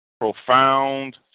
profound